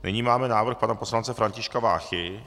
Nyní máme návrh pana poslance Františka Váchy.